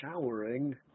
showering